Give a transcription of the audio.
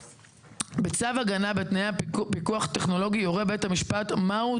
(ו)בצו הגנה בתנאי פיקוח טכנולוגי יורה בית המשפט מהו